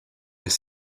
les